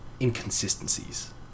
inconsistencies